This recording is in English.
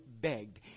begged